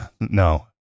no